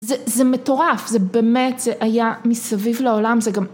‫זה מטורף, זה באמת, ‫זה היה מסביב לעולם, זה גם...